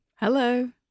Hello